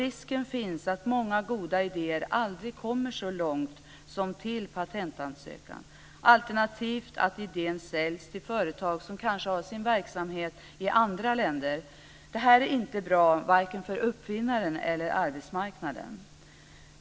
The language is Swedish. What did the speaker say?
Risken finns att många goda idéer aldrig kommer så långt som till patentansökan, alternativt att idén säljs till företag som kanske har sin verksamhet i andra länder. Det här är inte bra - varken för uppfinnaren eller för arbetsmarknaden.